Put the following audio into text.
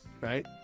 right